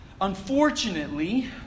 unfortunately